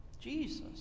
Jesus